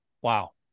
wow